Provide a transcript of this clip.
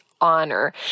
honor